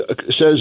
says